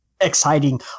exciting